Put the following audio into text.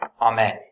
Amen